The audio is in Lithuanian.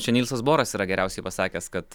čia nylsas boras yra geriausiai pasakęs kad